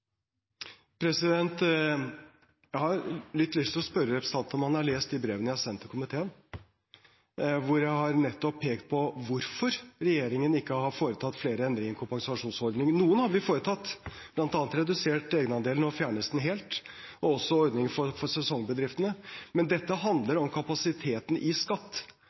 Jeg har litt lyst til å spørre representanten om han har lest de brevene jeg har sendt til komiteen, hvor jeg har pekt på nettopp hvorfor regjeringen ikke har foretatt flere endringer i kompensasjonsordningen. Noen har vi foretatt; vi har f.eks. redusert egenandelen – og nå fjernes den helt – og også ordningen for sesongbedriftene. Men dette handler om kapasiteten i skatt.